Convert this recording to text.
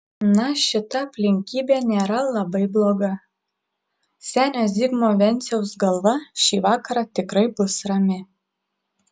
na šita aplinkybė nėra labai bloga senio zigmo venciaus galva šį vakarą tikrai bus rami